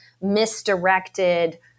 misdirected